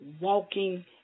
Walking